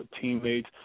teammates